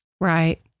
Right